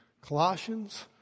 Colossians